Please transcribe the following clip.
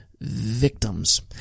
victims